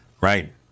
Right